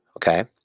okay.